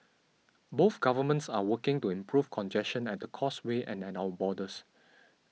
both governments are working to improve congestion at the Causeway and at our borders